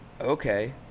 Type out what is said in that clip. okay